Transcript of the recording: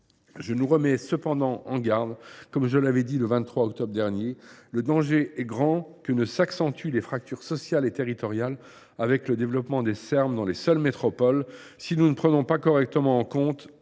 de nouveau en garde le Sénat, comme je l’ai fait le 23 octobre dernier : le danger est grand que s’accentuent les fractures sociales et territoriales avec le développement des Serm dans les seules métropoles, si l’on ne prend pas correctement en compte